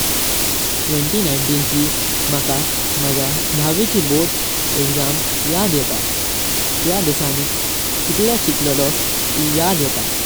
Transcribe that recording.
Twenty nineteen चे मला माझे दावीचे बोर्ड एक्झाम याद येता। त्या दिसानी कितले शिकलो तेह याद येता।